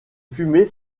fumées